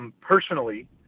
Personally